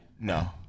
No